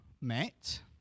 met